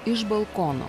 iš balkono